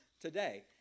today